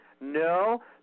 no